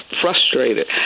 frustrated